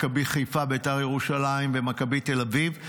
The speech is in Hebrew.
מכבי חיפה, בית"ר ירושלים ומכבי תל אביב.